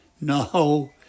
no